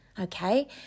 Okay